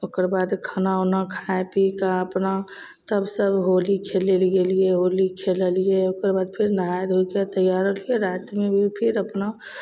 ओकरबाद खानाउना खा पीके अपना तब सब होली खेलैले गेलिए होली खेललिए ओकरबाद फेर नहा धोइके तैआर आर होइके रातिमे भी फिर अपना